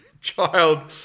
child